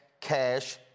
cash